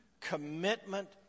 commitment